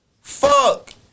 Fuck